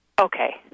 Okay